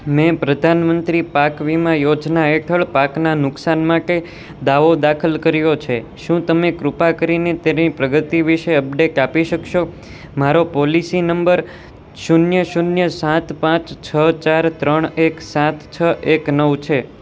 મેં પ્રધાનમંત્રી પાક વીમા યોજના હેઠળ પાકનાં નુકસાન માટે દાવો દાખલ કર્યો છે શું તમે કૃપા કરીને તેની પ્રગતિ વિશે અપડેટ આપી શકશો મારો પોલિસી નંબર શૂન્ય શૂન્ય સાત પાંચ છ ચાર ત્રણ એક સાત છ એક નવ છે